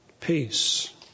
Peace